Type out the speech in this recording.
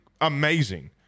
amazing